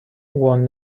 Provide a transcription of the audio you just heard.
won